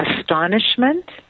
astonishment